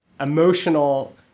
emotional